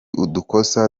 udukosa